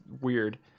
weird